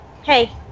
Hey